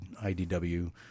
IDW